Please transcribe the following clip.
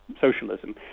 socialism